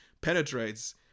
penetrates